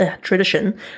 tradition